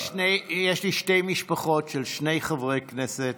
יש לי שתי משפחות של שני חברי כנסת